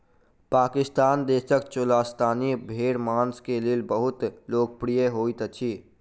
पाकिस्तान देशक चोलिस्तानी भेड़ मांस के लेल बहुत लोकप्रिय होइत अछि